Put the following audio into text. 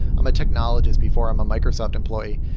i'm a technologies before i'm a microsoft employee.